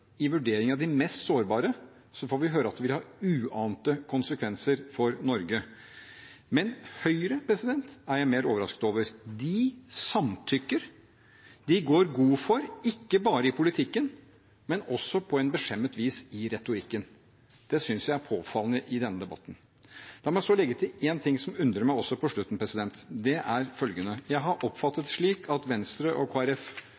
i vurderingen av de mest sårbare, får vi høre at det vil få uante konsekvenser for Norge. Høyre er jeg mer overrasket over. De samtykker, de går god for ikke bare politikken, men også – på et beskjemmet vis – retorikken. Det synes jeg er påfallende i denne debatten. La meg så legge til en ting som også undrer meg, på slutten. Det er følgende: Jeg har oppfattet det slik at Venstre og